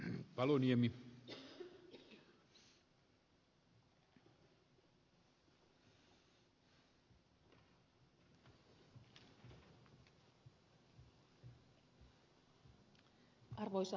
arvoisa herra puhemies